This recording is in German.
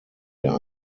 der